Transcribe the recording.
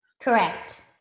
Correct